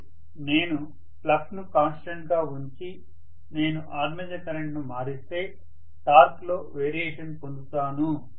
మరియు నేను ఫ్లక్స్ ను కాన్స్టెంట్ గా ఉంచి నేను ఆర్మేచర్ కరెంట్ను మారిస్తే టార్క్ లో వేరియేషన్ పొందుతాను